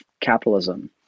capitalism